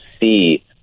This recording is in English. see